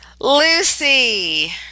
Lucy